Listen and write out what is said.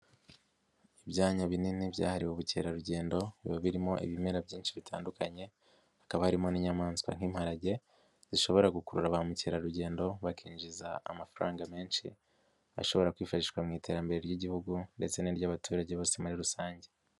Ibyanya binini byahariwe ubukerarugendo, biba birimo ibimera byinshi bitandukanye, hakaba harimo n'inyamaswa nk'imparage, zishobora gukurura ba mukerarugendo, bakinjiza amafaranga menshi, ashobora kwifashishwa mu iterambere ry'igihugu ndetse n'iry'abaturage bose muri rusange.